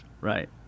Right